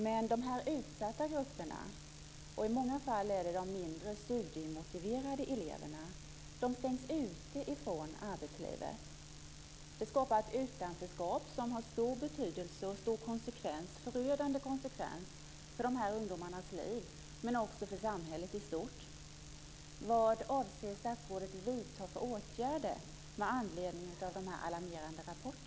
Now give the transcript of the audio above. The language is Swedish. Men de utsatta grupperna - i många fall de mindre studiemotiverade eleverna - stängs ute från arbetslivet. Detta skapar ett utanförskap som har stor betydelse och förödande konsekvens för dessa ungdomars liv, men också för samhället i stort.